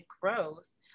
growth